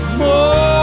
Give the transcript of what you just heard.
more